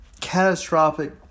catastrophic